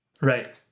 Right